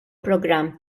programm